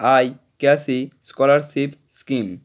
অয়ক্ষি scholarship scheme